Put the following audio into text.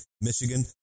Michigan